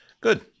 Good